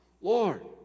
Lord